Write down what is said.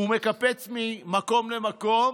הוא מקפץ ממקום למקום,